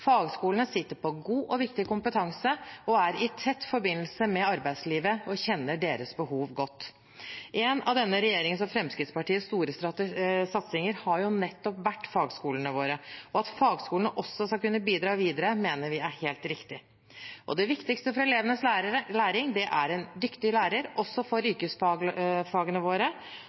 Fagskolene sitter på god og viktig kompetanse, er i tett forbindelse med arbeidslivet og kjenner deres behov godt. En av denne regjeringens og Fremskrittspartiets store satsinger har jo nettopp vært fagskolene våre. At fagskolene også skal kunne bidra videre, mener vi er helt riktig. Det viktigste for elevenes læring er en dyktig lærer også for yrkesfagene våre,